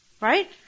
Right